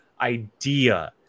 idea